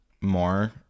more